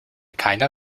keiner